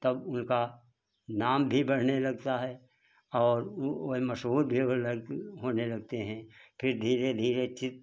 तब उनका नाम भी बढ़ने लगता है और वह मशहूर भी होए लग होने लगते हैं फिर धीरे धीरे चित्र